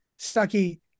Stucky